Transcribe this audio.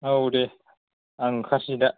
औ दे आं ओंखारसै दा